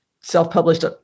self-published